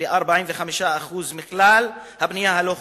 ל-45% מכלל הבנייה הלא-חוקית,